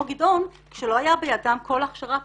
גדעון כשלא הייתה בידם כל הכשרה בסיסית,